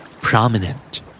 Prominent